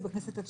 זה